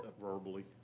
Verbally